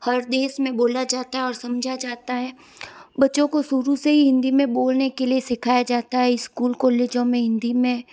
हर देश में बोला जाता है और समझा जाता है बच्चों को शुरू से हिंदी में बोलने के लिए सिखाया जाता है इस्कूल कॉलेजों में हिंदी में